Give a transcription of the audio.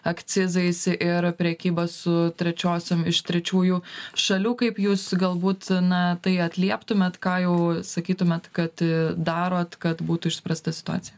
akcizais ir prekyba su trečiosiom iš trečiųjų šalių kaip jūs galbūt na tai atlieptumėt ką jau sakytumėt kad darot kad būtų išspręsta situacija